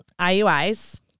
IUIs